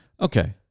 Okay